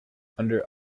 under